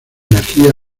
energía